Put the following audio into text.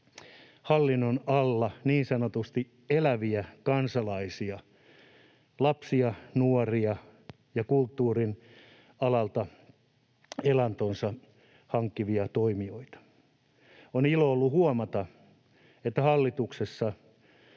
hallinnon alla eläviä kansalaisia, lapsia, nuoria ja kulttuurin alalta elantonsa hankkivia toimijoita. On ilo ollut huomata, että hallituksessa